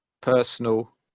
personal